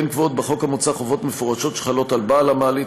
כמו כן קבועות בחוק המוצע חובות מפורשות שחלות על בעל המעלית,